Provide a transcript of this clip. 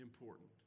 important